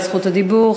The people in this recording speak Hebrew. מוותר על זכות הדיבור.